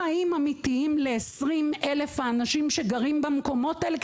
חיים אמיתיים ל-20,000 האנשים שגרים במקומות האלה,